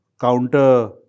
counter